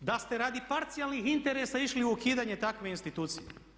Da ste radi parcijalnih interesa išli u ukidanje takve institucije.